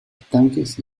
estanques